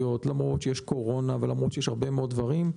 שלמרות שיש קורונה ולמרות שיש הרבה מאוד דברים,